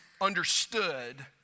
understood